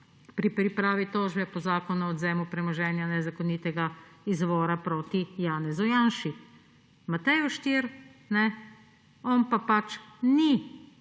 pri pripravi tožbe po Zakonu o odvzemu premoženja nezakonitega izvora proti Janezu Janši. Matej Oštir, on se pa pač ni